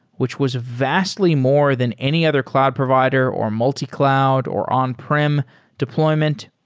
which was vastly more than any other cloud provider, or multi-cloud, or on-prem deployment.